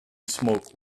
smoke